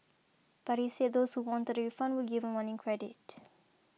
but he said those who wanted a refund were given one in credit